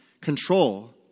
control